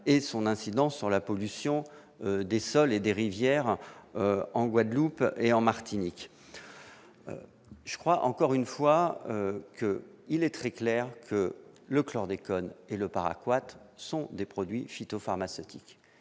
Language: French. son incidence sur la pollution des sols et des rivières en Guadeloupe et en Martinique. Je le répète : il est très clair que le chlordécone et le paraquat sont des produits phytopharmaceutiques.